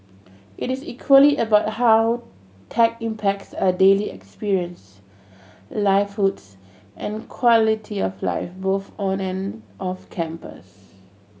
it is equally about how tech impacts our daily experience livelihoods and quality of life both on and off campus